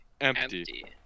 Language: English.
Empty